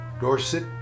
Dorset